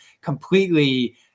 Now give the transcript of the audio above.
completely